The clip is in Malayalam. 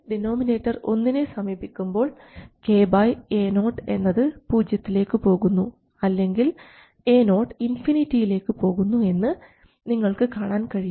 ഡിനോമിനേറ്റർ ഒന്നിനെ സമീപിക്കുമ്പോൾ k Ao എന്നത് പൂജ്യത്തിലേക്ക് പോകുന്നു അല്ലെങ്കിൽ Ao ഇൻഫിനിറ്റിയിലേക്ക് പോകുന്നു എന്ന് നിങ്ങൾക്ക് കാണാൻ കഴിയും